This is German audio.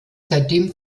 seitdem